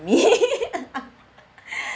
me